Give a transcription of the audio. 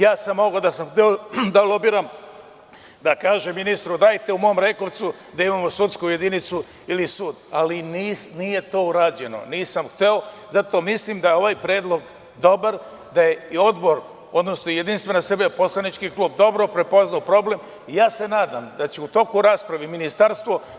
Ja sam mogao, da sam hteo, da lobiram i da kažem ministru – dajte u mom Rekovcu da imamo sudsku jedinicu ili sud, ali nije to urađeno, nisam hteo i zato mislim da je ovaj predlog dobar, da jeposlanički klub Jedinstvena Srbija dobro prepoznao problem i ja se nadam da će u toku rasprave i Ministarstvo.